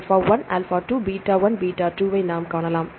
alpha alpha 1 alpha 2 beta 1 beta 2 ஐ நாம் காணலாம்